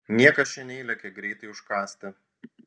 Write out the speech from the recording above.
niekas čia neįlekia greitai užkąsti